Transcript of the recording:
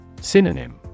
Synonym